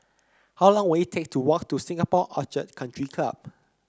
how long will it take to walk to Singapore Orchid Country Club